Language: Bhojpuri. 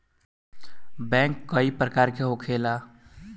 बैंक कई प्रकार के होखेला